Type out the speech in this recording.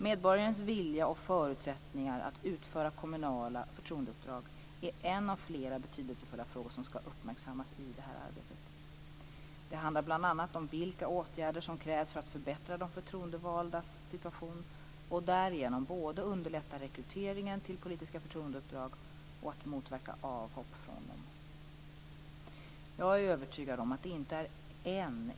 Medborgarens vilja och förutsättningar att utföra kommunala förtroendeuppdrag är en av flera betydelsefulla frågor som skall uppmärksammas i detta arbete. Det handlar bl.a. om vilka åtgärder som krävs för att förbättra de förtroendevaldas situation och därigenom både underlätta rekryteringen till politiska förtroendeuppdrag och att motverka avhopp från dem.